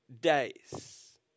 days